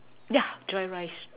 yeah dry rice